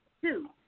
Two